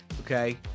okay